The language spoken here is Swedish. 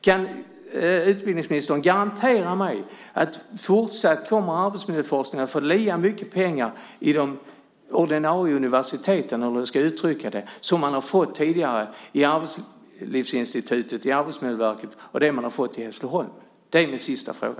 Kan utbildningsministern garantera mig att arbetsmiljöforskningen fortsatt kommer att få lika mycket pengar i de ordinarie universiteten, eller hur jag ska uttrycka det, som den har fått tidigare vid Arbetslivsinstitutet och Arbetsmiljöverket och i Hässleholm? Det är min sista fråga.